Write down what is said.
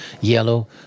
Yellow